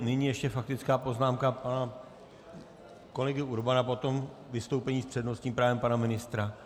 Nyní ještě faktická poznámka pana kolegy Urbana, potom vystoupení s přednostním právem pana ministra.